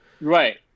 Right